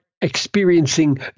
experiencing